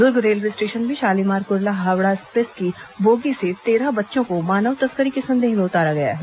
दुर्ग railway station में Shalimar Kurla Howrah express की bogie से तेरह बच्चों को मानव तस्करी के संदेह में उतारा गया है